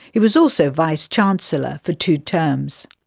he was also vice chancellor for two terms.